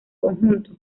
conjunto